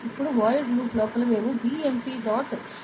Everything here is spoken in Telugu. అప్పుడు void loop లోపల మేము bmp